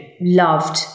loved